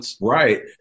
Right